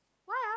why ah